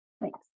Thanks